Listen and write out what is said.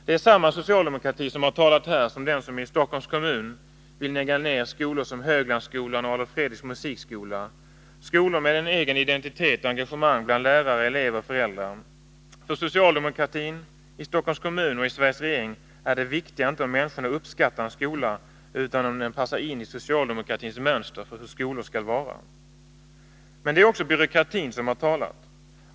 Det är samma socialdemokrati som har talat här som den som i Stockholms kommun vill lägga ner skolor som Höglandsskolan och Adolf Fredriks musikskola. Det är skolor med en egen identitet och engagemang bland lärare, elever och föräldrar. För socialdemokratin i Stockholms kommun och Sveriges regering är det viktiga inte om människorna uppskattar en skola, utan om den passar in i socialdemokratins mönster för hur skolor skall vara. Men det är också byråkratin som har talat.